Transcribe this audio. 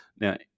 now